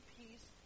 peace